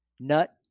nut